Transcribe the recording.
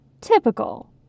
Typical